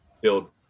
build